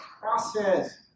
process